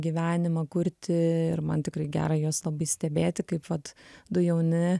gyvenimą kurti ir man tikrai gera juos labai stebėti kaip vat du jauni